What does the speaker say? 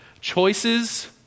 choices